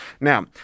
Now